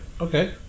Okay